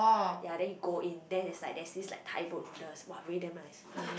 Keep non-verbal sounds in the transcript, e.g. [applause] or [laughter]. ya then you go in then is like there's this like Thai boat noodles !wah! really damn nice [breath]